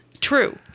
True